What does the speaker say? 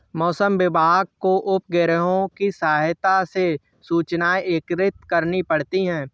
मौसम विभाग को उपग्रहों के सहायता से सूचनाएं एकत्रित करनी पड़ती है